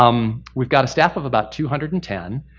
um we've got a staff of about two hundred and ten,